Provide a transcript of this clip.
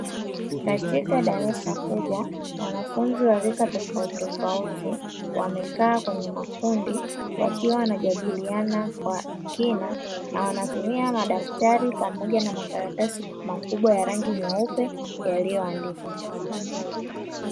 Katika darasa kubwa, wanafunzi wa rika tofautitofauti, wamekaa kwenye makundi wakiwa wanajadiliana kwa kina, na wanatumia madaftari pamoja na makaratasi makubwa ya rangi nyeupe yaliyoandikwa.